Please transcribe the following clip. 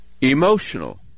emotional